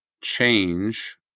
change